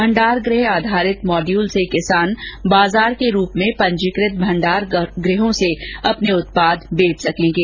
भंडारगृह आधारित मॉड्यूल से किसान बाजार के रूप में पंजीकृत भंडारगृहों से अपने उत्पाद बेच सकेंगे